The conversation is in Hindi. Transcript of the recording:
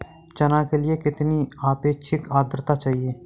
चना के लिए कितनी आपेक्षिक आद्रता चाहिए?